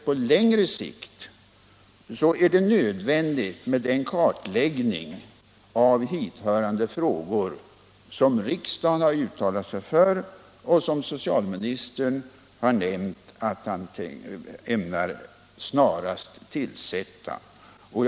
På längre sikt är det nödvändigt med den kartläggning av hithörande frågor som riksdagen har uttalat sig för och som socialministern har nämnt att han snarast ämnar igångsätta.